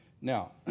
Now